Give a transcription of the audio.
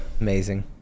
Amazing